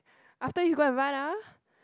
after eat go and run ah